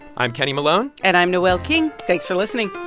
i'm kenny malone and i'm noel king. thanks for listening